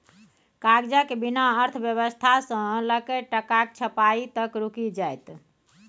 कागजक बिना अर्थव्यवस्था सँ लकए टकाक छपाई तक रुकि जाएत